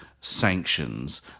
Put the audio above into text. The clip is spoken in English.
sanctions